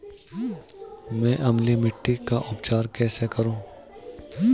मैं अम्लीय मिट्टी का उपचार कैसे करूं?